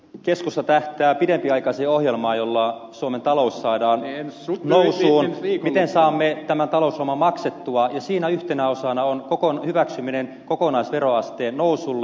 keskusta tähtää pidempiaikaiseen ohjelmaan jolla suomen talous saadaan nousuun miten saamme tämän talouslaman maksettua ja siinä yhtenä osana on hyväksyminen kokonaisveroasteen nousulle